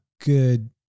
good